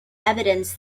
evidence